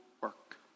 work